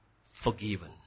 forgiven